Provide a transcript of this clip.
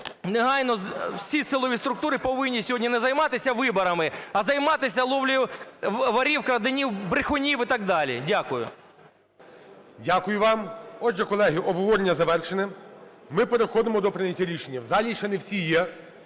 негайно всі силові структури повинні сьогодні не займатися виборами, а займатися ловлею ворів, крадіїв, брехунів і так далі. Дякую. ГОЛОВУЮЧИЙ. Дякую вам. Отже, колеги, обговорення завершене. Ми переходимо до прийняття рішення. В залі ще не всі є.